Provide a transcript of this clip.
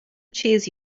cheese